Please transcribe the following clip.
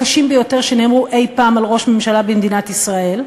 הקשים ביותר שנאמרו אי-פעם על ראש ממשלה במדינת ישראל.